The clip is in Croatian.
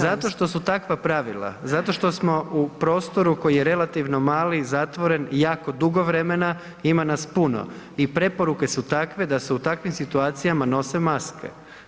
Zato što su takva pravila, zato što smo u prostoru koji je relativno mali zatvoren jako dugo vremena, ima nas puno i preporuke su takve da se u takvim situacijama nose maske.